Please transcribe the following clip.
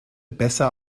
besser